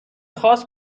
خاص